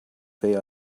they